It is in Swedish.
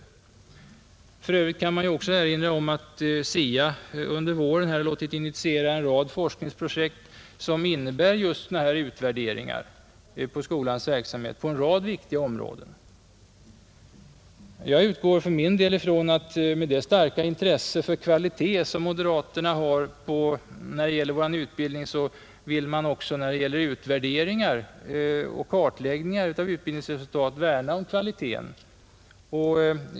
För övrigt kan man ju erinra om att SIA under våren har låtit initiera en rad forskningsprojekt som bl.a. innebär just utvärderingar av skolans verksamhet på en rad viktiga områden. Jag utgår från att med det starka intresse för kvalitet som moderata samlingspartiets representanter har när det gäller vår utbildning, så vill man också vad beträffar utvärderingar eller kartläggningar av utbildningsresultat värna om kvaliteten.